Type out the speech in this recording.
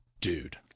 dude